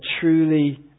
truly